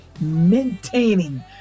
Maintaining